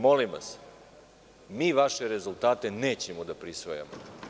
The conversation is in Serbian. Molim vas, mi vaše rezultate nećemo da prisvajamo.